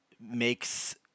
makes